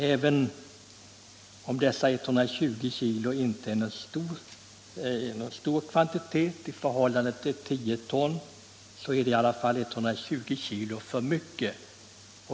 Även om dessa 120 kg inte är någon stor kvantitet i förhållande till 10 ton är det i alla fall 120 kg för mycket.